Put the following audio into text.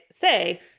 say